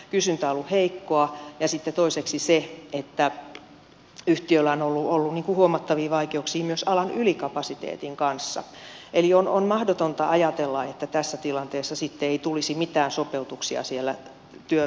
kysyntä on ollut heikkoa ja sitten toiseksi yhtiöllä on ollut huomattavia vaikeuksia myös alan ylikapasiteetin kanssa eli on mahdotonta ajatella että tässä tilanteessa sitten ei tulisi mitään sopeutuksia siellä työvoimapuolella